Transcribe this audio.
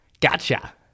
gotcha